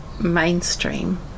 mainstream